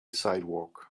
sidewalk